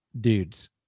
dudes